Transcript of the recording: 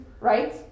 right